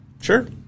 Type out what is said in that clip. Sure